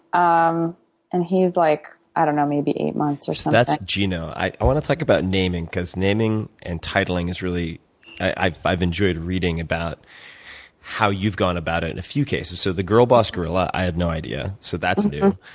um and he's like, i don't know, maybe eight months or something. so that's gino. i want to talk about naming because naming and titling is really i've i've enjoyed reading about how you've gone about it in a few cases. so the girl boss guerrilla, i had no idea. so that's new.